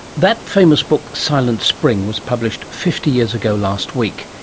that famous book silent spring was published fifty years ago last week.